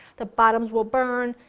the bottoms will burn,